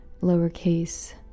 lowercase